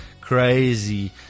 crazy